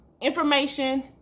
information